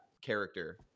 character